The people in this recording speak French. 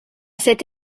cet